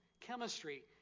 chemistry